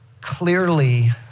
clearly